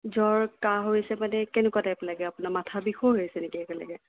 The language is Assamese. জ্বৰ কাহ হৈ আছে মানে কেনেকুৱা টাইপ লাগে মানে আপোনাৰ মাথা বিষো হৈ আছে নেকি একেলগে